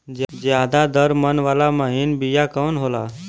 ज्यादा दर मन वाला महीन बिया कवन होला?